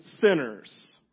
sinners